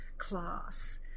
class